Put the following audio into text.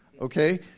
okay